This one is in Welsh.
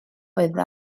oedd